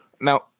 now